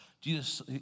Jesus